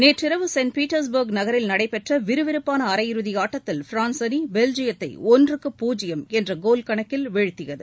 நேற்றிரவு செயின்ட் பீட்டர்ஸ்பர்க்கில் நடைபெற்ற விறுவிறுப்பான அரையிறுதி ஆட்டத்தில் பிரான்ஸ் அணி பெல்ஜியத்தை ஒன்றுக்கு பூஜ்யம் என்ற கோல் கணக்கில் வீழ்த்தியது